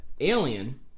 Alien